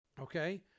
Okay